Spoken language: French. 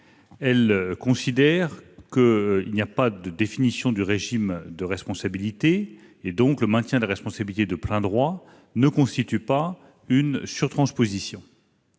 celle-ci, il n'y a pas de définition du régime de responsabilité. Le maintien de la responsabilité de plein droit ne constitue donc pas une sur-transposition.